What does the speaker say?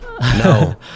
no